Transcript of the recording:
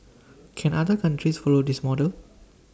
can other countries follow this model